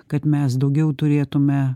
kad mes daugiau turėtume